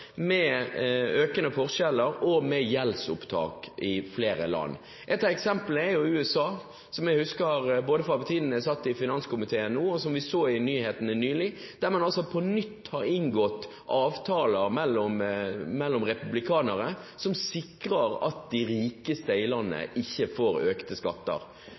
gir økende forskjeller, og med gjeldsopptak i flere land. Ett av eksemplene er jo USA, som jeg husker fra tiden jeg satt i finanskomiteen, og som vi så i nyhetene nylig, der man på nytt har inngått avtaler med republikanere som sikrer at de rikeste i landet ikke får økte skatter.